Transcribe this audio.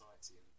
society